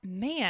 man